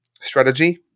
strategy